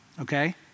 okay